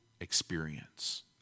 experience